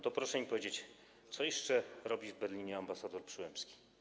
To proszę mi powiedzieć: Co jeszcze robi w Berlinie ambasador Przyłębski?